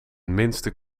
minste